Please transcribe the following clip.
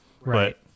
Right